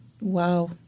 Wow